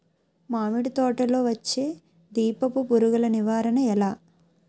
మామిడి తోటలో వచ్చే దీపపు పురుగుల నివారణ ఎలా?